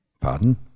Pardon